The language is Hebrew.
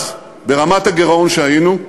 אז, ברמת הגירעון שהיינו,